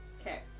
Okay